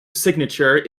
signature